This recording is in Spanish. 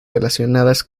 relacionadas